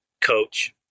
coach